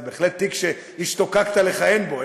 זה בהחלט תיק שהשתוקקת לכהן בו,